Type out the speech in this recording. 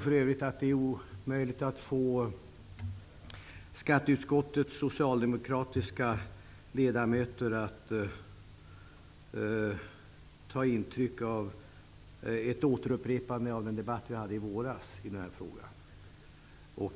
För övrigt tror jag att det är omöjligt att få skatteutskottets socialdemokratiska ledamöter att ta intryck av ett återupprepande av den debatt som vi hade i våras i den här frågan.